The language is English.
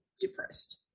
depressed